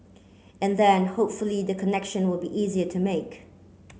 and then hopefully the connection will be easier to make